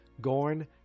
Gorn